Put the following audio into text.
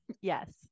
Yes